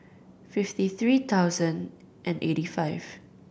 fifty three thousand and eighty five